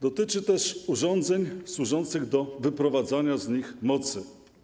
Dotyczy też urządzeń służących do wyprowadzania z nich mocy.